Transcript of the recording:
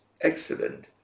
excellent